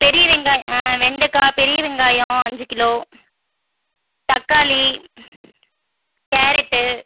பெரிய வெங்காய ஆ வெண்டைக்கா பெரிய வெங்காயம் அஞ்சு கிலோ தக்காளி கேரட்டு